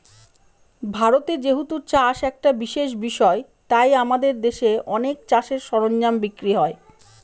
ভারতে যেহেতু চাষ একটা বিশেষ বিষয় তাই আমাদের দেশে অনেক চাষের সরঞ্জাম বিক্রি হয়